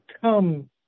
come